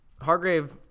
Hargrave